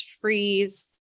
freeze